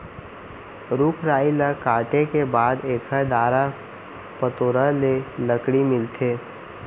रूख राई ल काटे के बाद एकर डारा पतोरा ले लकड़ी मिलथे